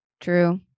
True